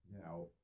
Now